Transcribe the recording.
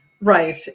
Right